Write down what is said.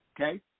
okay